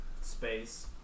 space